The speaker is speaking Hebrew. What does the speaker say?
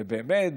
ובאמת,